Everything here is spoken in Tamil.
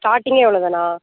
ஸ்டாட்டிங்கே இவ்வளோதானா